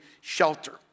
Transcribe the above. shelter